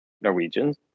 norwegians